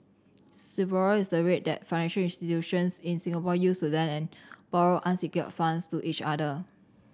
Sibor is the rate that financial institutions in Singapore use to lend and borrow unsecured funds to each other